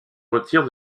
retire